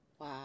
Wow